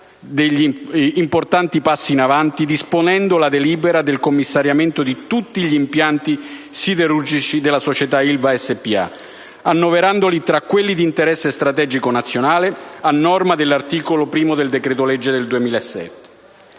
degli importanti passi in avanti disponendo la delibera del commissariamento di tutti gli impianti siderurgici della società Ilva Spa, annoverandoli tra quelli di interesse strategico nazionale, a norma dell'articolo 1 decreto-legge n. 207